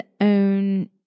own